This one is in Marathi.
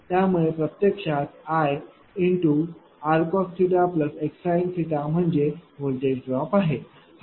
त्यामुळे प्रत्यक्षात Ir cos x sin म्हणजे व्होल्टेज ड्रॉप आहे